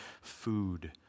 food